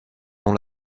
dont